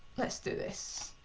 let's do this.